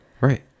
right